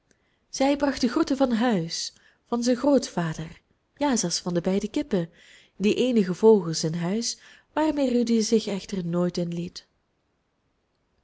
zij brachten groeten van huis van zijn grootvader ja zelfs van de beide kippen die eenige vogels in huis waarmee rudy zich echter nooit inliet